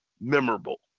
memorable